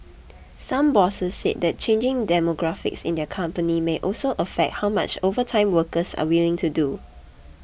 some bosses said that changing demographics in their company may also affect how much overtime workers are willing to do